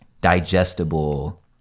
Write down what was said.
digestible